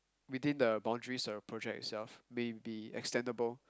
between the boundaries of the project itself may be extendable